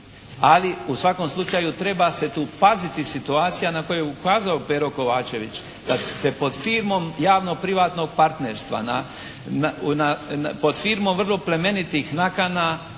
Ali u svakom slučaju treba se tu paziti situacija na koje je ukazao Pero Kovačević. Da se pod firmom javno-privatnog partnerstva na, pod firmom vrlo plemenitih nakana